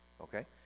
Okay